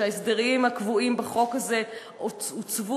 שההסדרים הקבועים בחוק הזה הוצבו,